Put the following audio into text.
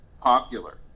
popular